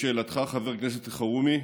לשאלתך, חבר הכנסת אלחרומי,